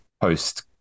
post